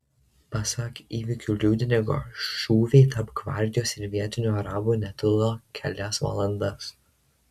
pasak įvykių liudininko šūviai tarp gvardijos ir vietinių arabų netilo kelias valandas